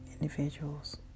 individuals